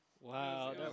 Wow